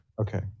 Okay